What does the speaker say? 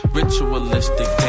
ritualistic